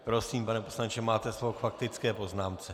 Prosím, pane poslanče, máte slovo k faktické poznámce.